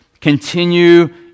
Continue